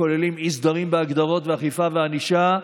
הכוללים אי-סדרים בהגדרות אכיפה וענישה,